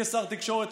כשר תקשורת,